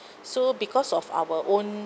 so because of our own